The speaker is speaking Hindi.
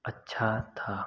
अच्छा था